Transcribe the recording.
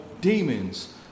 demons